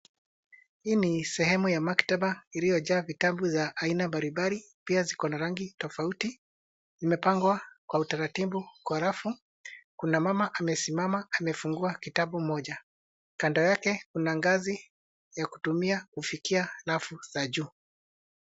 Hii ni sehemu ya maktaba iliyo jaa vitabu za aina mbalimbali, pia ziko na rangi tofauti. Zimepangwa kwa utaratibu kwa rafu. Kuna mama amesimama amefungua kitabu moja. Kando yake kuna ngazi ya kutumia kufikia rafu za juu.